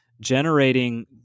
generating